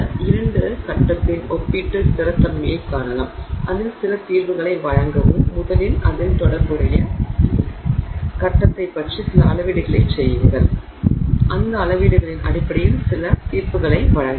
அந்த இரண்டு ஃபேஸின் ஒப்பீட்டு ஸ்திரத்தன்மையைக் காணவும் அதில் சில தீர்ப்புகளை வழங்கவும் முதலில் அதில் தொடர்புடைய ஃபேஸை பற்றி சில அளவீடுகளைச் செய்யுங்கள் அந்த அளவீடுகளின் அடிப்படையில் சில தீர்ப்புகளை வழங்கலாம்